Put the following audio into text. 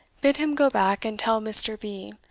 bid him go back and tell mr. b,